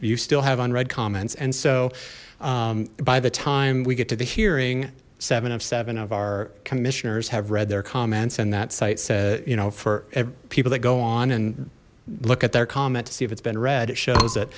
you still have unread comments and so by the time we get to the hearing seven of seven of our commissioners have read their comments and that site said you know for people that go on and look at their comment to see if it's been read it shows that